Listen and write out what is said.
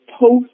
post